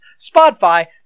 Spotify